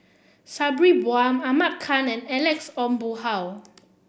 Sabri Buang Ahmad Khan and Alex Ong Boon Hau